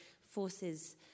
forces